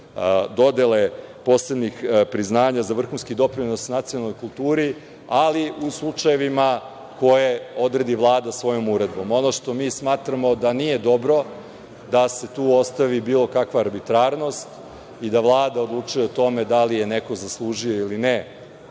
dodele posebnih priznanja za vrhunski doprinos nacionalnoj kulturi, ali u slučajevima koje odredi Vlada svojom uredbom. Ono što mi smatramo da nije dobro, da se tu ostavi bilo kakva arbitrarnost i da Vlada odlučuje o tome da li je neko zaslužio ili ne